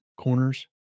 corners